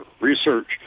research